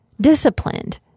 disciplined